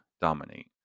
dominate